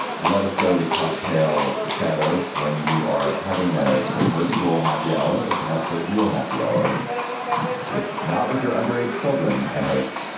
let us go to cocktail chatter when you are having ah a virtual happy hour or perhaps a real happy hour with not with your underage children. i hope,